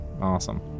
awesome